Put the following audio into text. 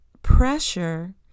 Pressure